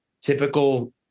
typical